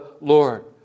Lord